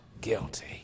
guilty